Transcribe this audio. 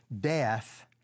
death